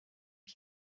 qui